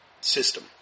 system